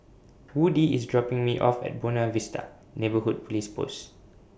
Woodie IS dropping Me off At Buona Vista Neighbourhood Police Post